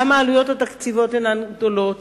גם העלויות אינן גדולות,